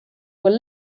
were